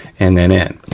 and then in.